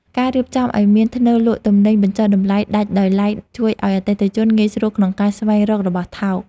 ការរៀបចំឱ្យមានធ្នើរលក់ទំនិញបញ្ចុះតម្លៃដាច់ដោយឡែកជួយឱ្យអតិថិជនងាយស្រួលក្នុងការស្វែងរករបស់ថោក។